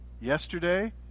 yesterday